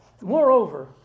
Moreover